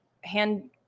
hand